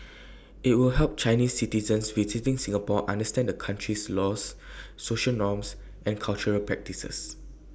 IT will help Chinese citizens visiting Singapore understand the country's laws social norms and cultural practices